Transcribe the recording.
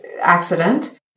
accident